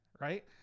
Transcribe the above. right